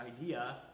idea